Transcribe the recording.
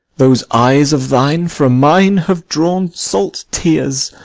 those eyes of thine from mine have drawn salt tears,